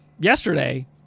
yesterday